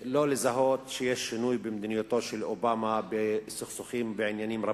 לא לזהות שיש שינוי במדיניותו של אובמה בסכסוכים בעניינים רבים,